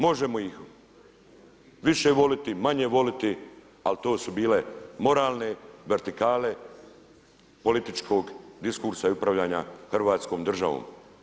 Možemo ih više voliti, manje voliti, ali to su bile moralne vertikale političkog diskursa i upravljanja hrvatskom državom.